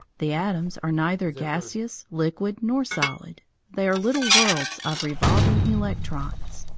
the atoms are neither gaseous, liquid, nor solid they are little worlds of revolving electrons.